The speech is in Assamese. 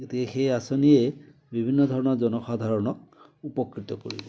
গতিকে সেই আঁচনিয়ে বিভিন্ন ধৰণৰ জনসাধাৰণক উপকৃত কৰিব